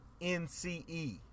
N-C-E